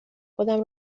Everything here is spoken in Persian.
خودم